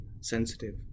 sensitive